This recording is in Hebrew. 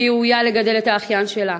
שהיא ראויה לגדל את האחיין שלה,